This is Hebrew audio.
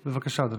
בבקשה, אדוני.